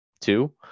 two